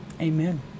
amen